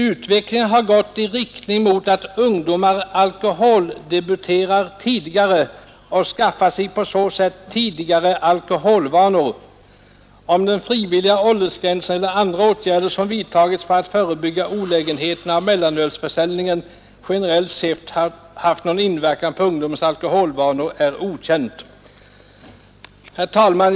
Utvecklingen har gått i riktning mot att ungdomar alkoholdebuterar tidigare och skaffar sig på så sätt tidigare alkoholvanor. Om den frivilliga åldersgränsen eller andra åtgärder som vidtagits för att förebygga olägenheterna av mellanölsförsäljningen generellt sett haft någon inverkan på ungdomens alkoholvanor är okänt.” Herr talman!